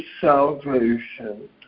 salvation